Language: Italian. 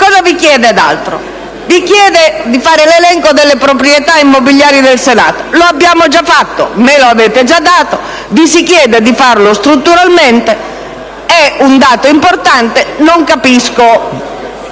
Cosa vi chiede ancora? Di fare l'elenco delle proprietà immobiliari del Senato. Lo abbiamo già fatto; me lo avete già dato. Vi si chiede di farlo strutturalmente, perché è un dato importante. Non capisco.